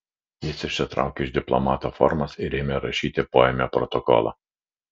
jis išsitraukė iš diplomato formas ir ėmė rašyti poėmio protokolą